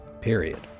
period